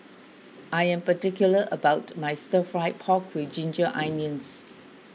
I am particular about my Stir Fry Pork with Ginger Onions